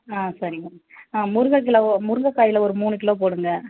ஆ சரிங்க முருங்கைக்கிலோ முருங்கக்காயில் ஒருமூணு கிலோ போடுங்க